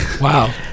Wow